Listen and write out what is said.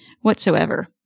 whatsoever